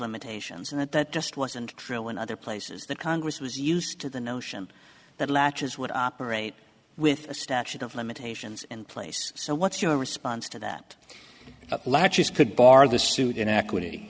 limitations and that that just wasn't true in other places that congress was used to the notion that latches would operate with a statute of limitations and place so what's your response to that latches could bar the suit in equity